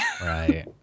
Right